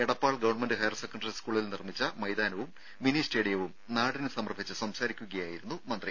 Edappal gov higher secondary സ്കൂളിൽ നിർമ്മിച്ച മൈതാനവും മിനി സ്റ്റേഡിയവും നാടിന് സമർപ്പിച്ച് സംസാരിക്കയായിരുന്നു മന്ത്രി